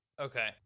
Okay